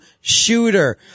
shooter